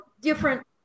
different